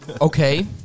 Okay